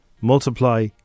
multiply